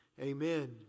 amen